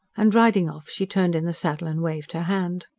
and riding off, she turned in the saddle and waved her hand.